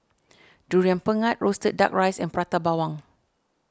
Durian Pengat Roasted Duck Rice and Prata Bawang